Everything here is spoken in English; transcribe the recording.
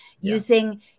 using